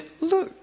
look